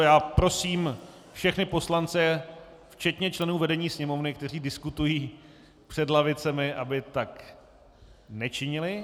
Já prosím všechny poslance včetně členů vedení Sněmovny, kteří diskutují před lavicemi, aby tak nečinili.